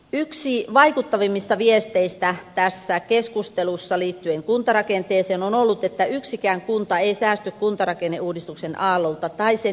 yksi vaikuttavimmista viesteistä tässä keskustelussa liittyen kuntarakenteeseen on ollut että yksikään kunta ei säästy kuntarakenneuudistuksen aallolta tai sen jälkimainingeilta